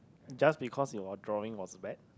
just because your drawing was bad